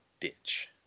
ditch